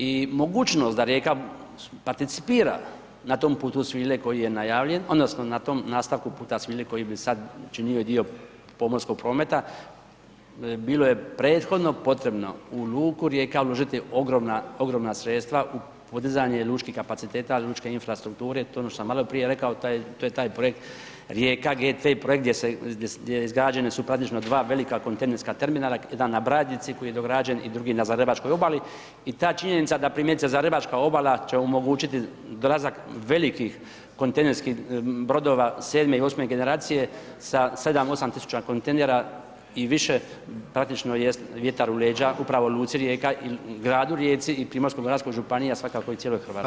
I mogućnost da Rijeka participira na tom Putu svile koji je najavljen, odnosno na tom nastavku Puta svile koji bi sad činio i dio pomorskog prometa, bilo je prethodno potrebno u luku Rijeka uložiti ogromna sredstva u podizanje lučkih kapaciteta, lučke infrastrukture, to je ono što sam maloprije rekao, to je taj projekt Rijeka GT projekt gdje se izgrađene su praktično dva velika kontejnerska terminala, jedan na Brajdici, koji je dograđen i drugi na .../nerazumljivo/... obali i ta činjenica, da primjerice .../nerazumljivo/... obala će omogućiti dolazak velikih kontejnerskih brodova 7. i 8. generacije sa 7, 8 tisuća kontejnera i više praktično jest vjetar u leđa upravo luci Rijeka i gradu Rijeci i Primorsko-goranskoj županiji, a svakako i cijeloj Hrvatskoj.